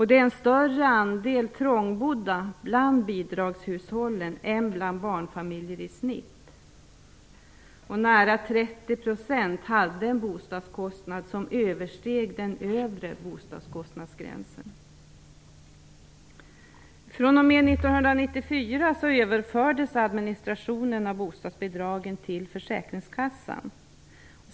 Det är en större andel trångbodda bland bidragshushållen än bland barnfamiljer i snitt. Nära 30 % hade en bostadskostnad som översteg den övre bostadskostnadsgränsen. fr.o.m. 1994 överfördes administrationen av bostadsbidragen till försäkringskassan.